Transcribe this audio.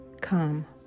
come